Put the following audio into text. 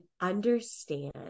understand